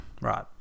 Right